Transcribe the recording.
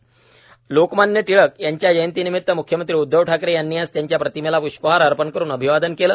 लोकमान्य टिळक यांच्या जयंती निमित्त मुख्यमंत्री उद्वव ठाकरे यांनी आज त्यांच्या प्रतिमेला प्ष्पहार अर्पण करून अभिवादन केल